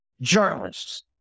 journalists